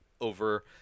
over